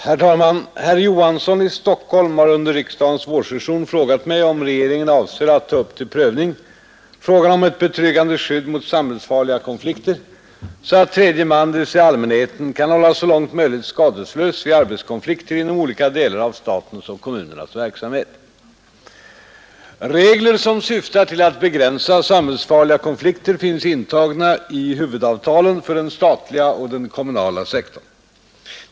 Herr talman! Herr Olof Johansson i Stockholm har under riksdagens varsession frågat mig om regeringen avser att ta upp till prövning fragan om ett betryggande skydd mot samhällsfarliga konflikter, så att tredje man - dvs. allmänheten — kan hällas så långt möjligt skadeslös vid arbetskonflikter inom olika delar av statens och kommunernas verksamhet. Regler som syftar till att begränsa samhällsfarliga konflikter finns intagna i huvudavtalen för den statliga och den kommunala sektorn.